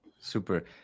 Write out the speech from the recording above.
super